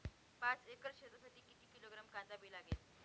पाच एकर शेतासाठी किती किलोग्रॅम कांदा बी लागेल?